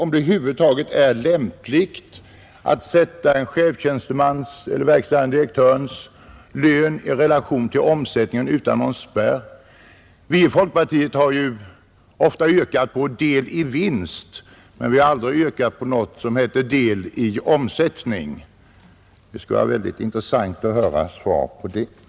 Är det över huvud taget lämpligt att sätta en chefstjänstemans eller verkställande direktörs lön i relation till omsättningen utan någon spärr? Vi i folkpartiet har ju ofta yrkat på del i vinst, men vi har aldrig yrkat på något som heter del i omsättning. Det skulle vara väldigt intressant att höra ett svar på de här frågorna.